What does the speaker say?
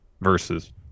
versus